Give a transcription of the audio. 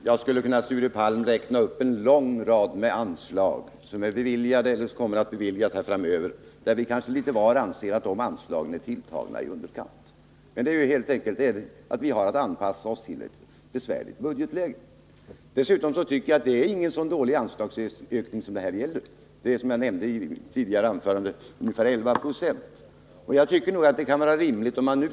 Herr talman! Jag skulle, Sture Palm, kunna räkna upp en lång rad anslag, där vi litet till mans tycker att beloppen är tilltagna i underkant. Det beror helt enkelt på att vi har att anpassa oss till ett besvärligt budgetläge. Dessutom tycker jag inte att det här är en så dålig anslagsökning. Den rör sig, som jag sade i mitt tidigare anförande, om ungefär 11 96.